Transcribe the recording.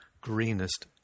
greenest